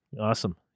Awesome